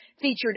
featured